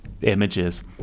images